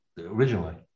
originally